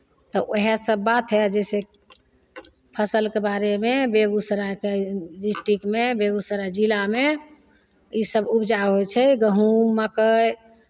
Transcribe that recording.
तऽ उएहसभ बात हइ जैसे फसलके बारेमे बेगूसरायके डिस्ट्रिक्टमे बेगूसराय जिलामे ईसभ उपजा होइ छै गहुम मकइ